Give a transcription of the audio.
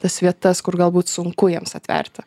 tas vietas kur galbūt sunku jiems atverti